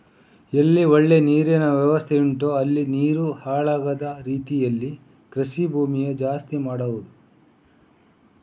ಎಲ್ಲಿ ಒಳ್ಳೆ ನೀರಿನ ವ್ಯವಸ್ಥೆ ಉಂಟೋ ಅಲ್ಲಿ ನೀರು ಹಾಳಾಗದ ರೀತೀಲಿ ಕೃಷಿ ಭೂಮಿ ಜಾಸ್ತಿ ಮಾಡುದು